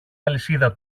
αλυσίδα